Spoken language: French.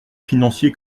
financier